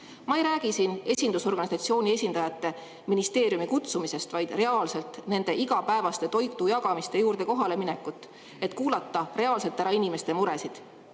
Ma ei räägi siin esindusorganisatsiooni esindajate ministeeriumi kutsumisest, vaid reaalselt nende igapäevaste toidujagamiste juurde kohale minekut, et kuulata reaalselt ära inimeste muresid.